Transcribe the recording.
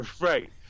right